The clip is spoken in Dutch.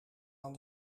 aan